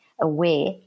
aware